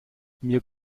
mir